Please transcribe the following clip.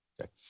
okay